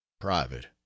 private